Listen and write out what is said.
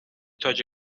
تاج